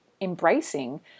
embracing